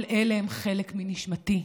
כל אלה הם חלק מנשמתי.